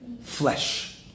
flesh